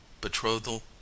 betrothal